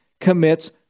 commits